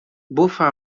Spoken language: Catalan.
bufa